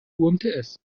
umts